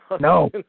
No